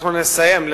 אנחנו נסיים.